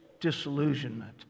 disillusionment